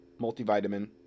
multivitamin